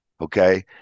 okay